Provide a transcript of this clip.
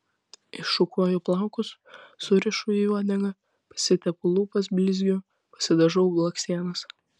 iššukuoju plaukus surišu į uodegą pasitepu lūpas blizgiu pasidažau blakstienas